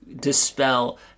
dispel